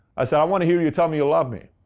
i said, i want to hear you tell me you love me.